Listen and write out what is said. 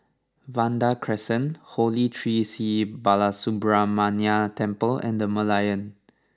Vanda Crescent Holy Tree Sri Balasubramaniar Temple and The Merlion